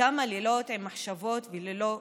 וכמה לילות עם מחשבות וללא שינה.